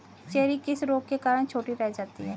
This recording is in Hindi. चेरी किस रोग के कारण छोटी रह जाती है?